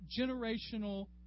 generational